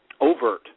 overt